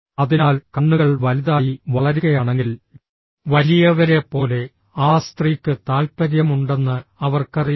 അതിനാൽ കണ്ണുകൾ വലുതായി വളരുകയാണെങ്കിൽ വലിയവരെപ്പോലെ ആ സ്ത്രീക്ക് താൽപ്പര്യമുണ്ടെന്ന് അവർക്കറിയാം